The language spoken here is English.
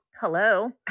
Hello